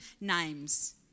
names